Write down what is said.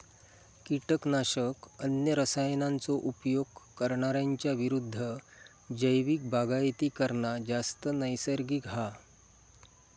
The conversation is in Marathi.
किटकनाशक, अन्य रसायनांचो उपयोग करणार्यांच्या विरुद्ध जैविक बागायती करना जास्त नैसर्गिक हा